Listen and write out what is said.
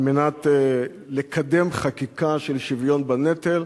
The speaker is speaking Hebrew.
על מנת לקדם חקיקה של שוויון בנטל,